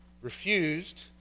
refused